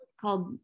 called